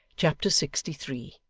chapter sixty three